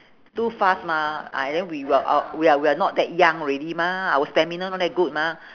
too fast mah ah then we will out we are we are not that young already mah our stamina not that good mah